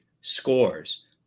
scores